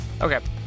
Okay